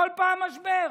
כל פעם משבר.